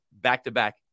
back-to-back